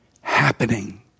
happening